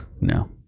No